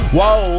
Whoa